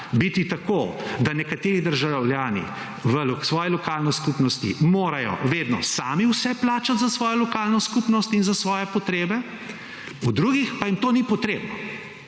biti tako, da nekateri državljani v svoji lokalni skupnosti morajo vedno sami vse plačat za svojo lokalno skupnost in za svoje potrebe, v drugih pa jim to ni potrebno,